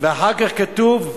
ואחר כך כתוב: